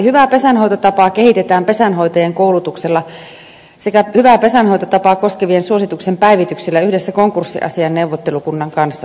hyvää pesänhoitotapaa kehitetään pesänhoitajien koulutuksella sekä hyvää pesänhoitotapaa koskevien suositusten päivityksellä yhdessä konkurssiasiain neuvottelukunnan kanssa